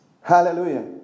Hallelujah